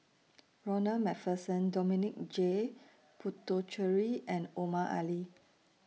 Ronald MacPherson Dominic J Puthucheary and Omar Ali